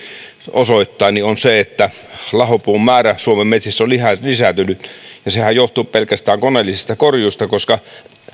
osoittavat lahopuun määrä suomen metsissä on lisääntynyt ja sehän johtuu pelkästään koneellisesta korjuusta koska